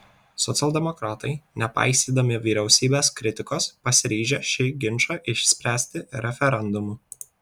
socialdemokratai nepaisydami vyriausybės kritikos pasiryžę šį ginčą išspręsti referendumu